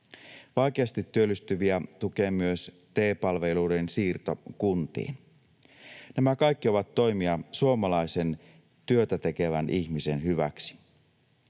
Vaikeasti työllistyviä tukee myös TE-palveluiden siirto kuntiin. Nämä kaikki ovat toimia suomalaisen työtä tekevän ihmisen hyväksi.